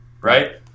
right